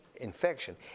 infection